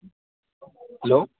hello